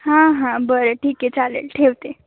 हां हां बरं ठीक आहे चालेल ठेवते